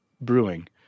Brewing